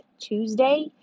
Tuesday